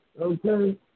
okay